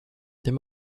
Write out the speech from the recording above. their